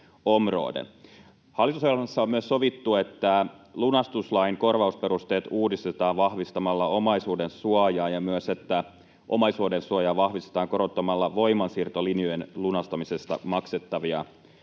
Hallitusohjelmassa on myös sovittu, että lunastuslain korvausperusteet uudistetaan vahvistamalla omaisuudensuojaa ja että omaisuudensuojaa vahvistetaan korottamalla voimansiirtolinjojen lunastamisesta maksettavia